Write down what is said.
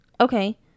Okay